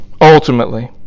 ultimately